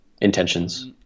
intentions